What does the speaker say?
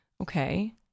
Okay